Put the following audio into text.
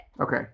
Okay